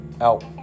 Out